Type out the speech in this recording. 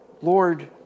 Lord